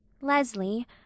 Leslie